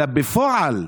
אלא בפועל,